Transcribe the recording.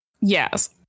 yes